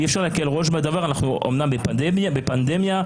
אנחנו אמנם בפנדמיה,